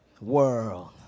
World